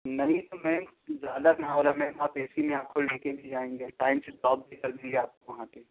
نہیں تو میم زیادہ کہاں ہو رہا ہے میم آپ اے سی میں آپ کو لے کے بھی جائیں گے ٹائم سے ڈروپ بھی کر دیں گے آپ کو وہاں پہ